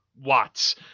Watts